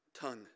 tongue